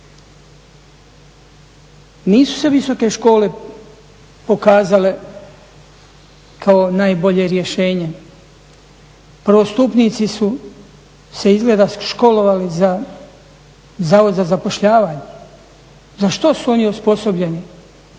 Nisu se visoke škole pokazale kao najbolje rješenje, prvostupnici su se izgleda školovali za Zavod za zapošljavanje, za što su oni osposobljeni